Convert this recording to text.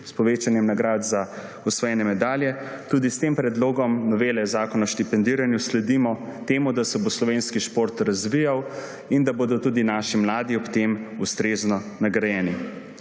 s povečanjem nagrad za osvojene medalje, tudi s tem predlogom novele Zakona o štipendiranju sledimo temu, da se bo slovenski šport razvijal in da bodo tudi naši mladi ob tem ustrezno nagrajeni.